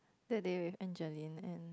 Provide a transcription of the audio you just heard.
the day with Angeline and